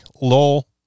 Lol